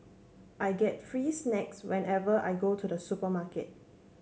I get free snacks whenever I go to the supermarket